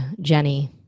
Jenny